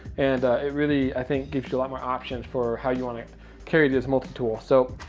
and it really, i think, gives you a lot more options for how you want to carry this multi tool. so,